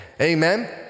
Amen